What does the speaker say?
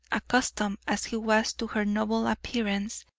accustomed as he was to her noble appearance,